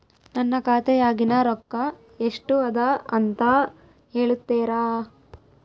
ನನ್ನ ಖಾತೆಯಾಗಿನ ರೊಕ್ಕ ಎಷ್ಟು ಅದಾ ಅಂತಾ ಹೇಳುತ್ತೇರಾ?